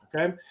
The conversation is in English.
okay